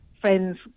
friends